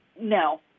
no